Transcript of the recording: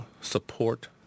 support